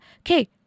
okay